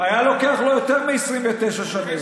היה לוקח לו יותר מ-29 שנים.